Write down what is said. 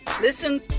Listen